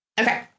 Okay